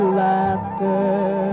laughter